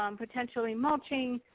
um potentially mulching,